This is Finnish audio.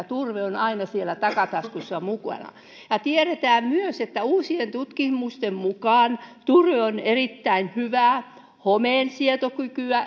turve on aina siellä takataskussa mukana tiedetään myös että uusien tutkimusten mukaan turpeella on erittäin hyvä homeensietokyky